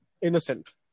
innocent